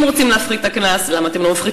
אם רוצים להפחית את הקנס, למה אתם לא מפחיתים?